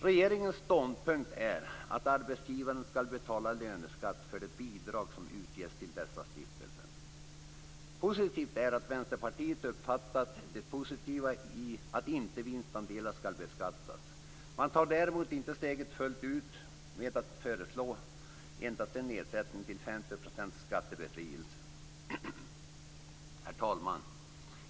Regeringens ståndpunkt är att arbetsgivaren skall betala löneskatt för det bidrag som utges till dessa stiftelser. Positivt är att Vänsterpartiet uppfattat det positiva i att vinstandelar inte skall beskattas. Man tar däremot inte steget fullt ut med att föreslå endast en nedsättning till 50 % skattebefrielse. Herr talman!